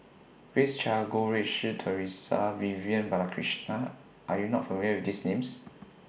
Grace Chia Goh Rui Si Theresa Vivian Balakrishnan Are YOU not familiar with These Names